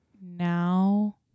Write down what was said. now